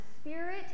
Spirit